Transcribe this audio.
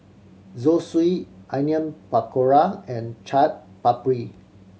Zosui Onion Pakora and Chaat Papri